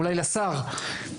אולי לשר,